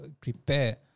prepare